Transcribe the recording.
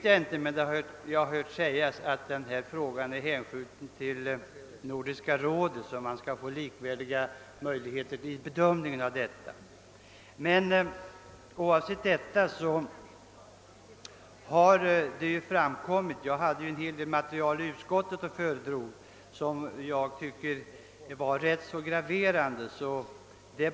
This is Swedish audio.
Jag har hört sägas att denna fråga har hänskjutits till Nordiska rådet för att man skall få möjligheter till en likvärdig bedömning. Jag visade utskottet en hel del material, som jag tyckte var rätt graverande.